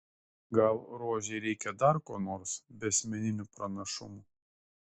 gal rožei reikia dar ko nors be asmeninių pranašumų